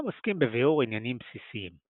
ואינם עוסקים בביאור עניינים בסיסיים.